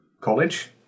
college